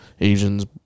Asians